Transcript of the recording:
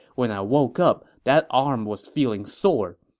when i woke up, that arm was feeling sore.